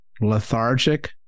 lethargic